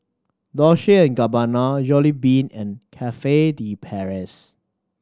Dolce and Gabbana Jollibean and Cafe De Paris